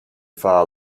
far